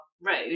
road